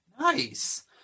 Nice